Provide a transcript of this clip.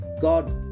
God